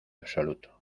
absoluto